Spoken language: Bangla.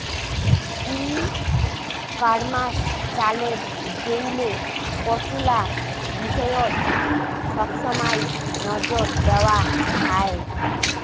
ই কমার্স চালের গেইলে কতুলা বিষয়ত সবসমাই নজর দ্যাওয়া খায়